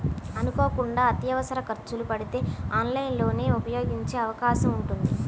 అనుకోకుండా అత్యవసర ఖర్చులు పడితే ఆన్లైన్ లోన్ ని ఉపయోగించే అవకాశం ఉంటుంది